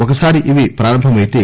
ఒకసారి ఇవి ప్రారంభమైతే